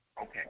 Okay